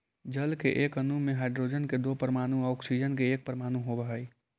जल के एक अणु में हाइड्रोजन के दो परमाणु आउ ऑक्सीजन के एक परमाणु होवऽ हई